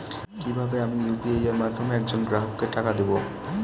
কিভাবে আমি ইউ.পি.আই এর মাধ্যমে এক জন গ্রাহককে টাকা দেবো?